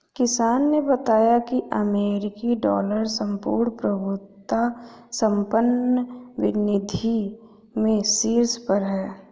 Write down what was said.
किशन ने बताया की अमेरिकी डॉलर संपूर्ण प्रभुत्व संपन्न निधि में शीर्ष पर है